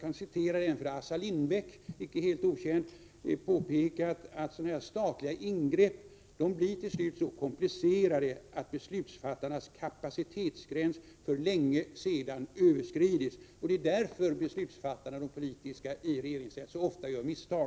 Assar Lindbeck — icke helt okänd — påpekar att sådana här statliga ingrepp till slut blir så komplicerade att beslutsfattarnas kapacitetsgräns för länge sedan överskridits — och det är därför som de politiska beslutsfattarna i regeringsställning så ofta gör misstag.